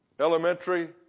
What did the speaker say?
elementary